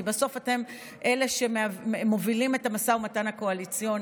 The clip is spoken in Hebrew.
כי בסוף אתם אלה שמובילים את המשא ומתן הקואליציוני,